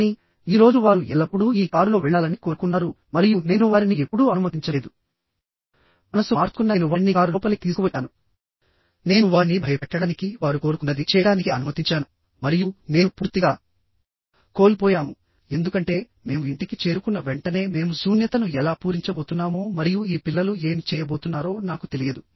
కానీ ఈ రోజు వారు ఎల్లప్పుడూ ఈ కారులో వెళ్లాలని కోరుకున్నారు మరియు నేను వారిని ఎప్పుడూ అనుమతించలేదు మనసు మార్చుకున్న నేను వారిని కారు లోపలికి తీసుకువచ్చాను నేను వారిని భయపెట్టడానికి వారు కోరుకున్నది చేయడానికి అనుమతించాను మరియు నేను పూర్తిగా కోల్పోయాము ఎందుకంటే మేము ఇంటికి చేరుకున్న వెంటనే మేము శూన్యతను ఎలా పూరించబోతున్నామో మరియు ఈ పిల్లలు ఏమి చేయబోతున్నారో నాకు తెలియదు